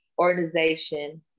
organization